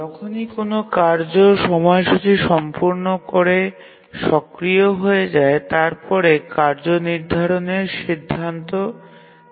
যখনই কোনও কার্য সময়সূচী সম্পূর্ণ করে সক্রিয় হয়ে যায় এবং তারপরে কার্য নির্ধারণের সিদ্ধান্ত নেওয়া হয়